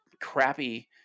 crappy